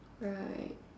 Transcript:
right